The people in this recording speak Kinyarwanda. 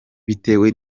bitewe